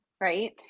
right